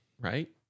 right